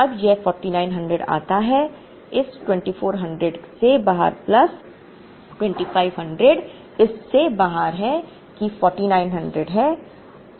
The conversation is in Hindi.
अब यह 4900 आता है इस 2400 से बाहर प्लस 2500 इस से बाहर है कि 4900 है